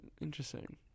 interesting